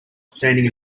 standing